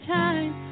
time